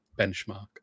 benchmark